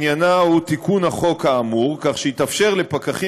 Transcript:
עניינה הוא תיקון החוק האמור כך שיתאפשר לפקחים